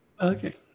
Okay